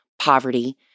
poverty